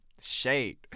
Shade